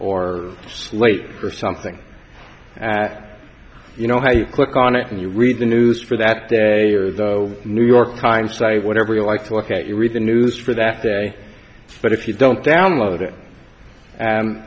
or late for something that you know how you click on it and you read the news for that day or the new york hindsight whatever you like to look at you read the news for that day but if you don't download it and